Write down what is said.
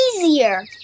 easier